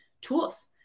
tools